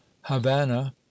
havana